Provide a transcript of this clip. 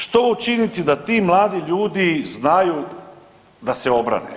Što učiniti da ti mladi ljudi znaju da se obrane?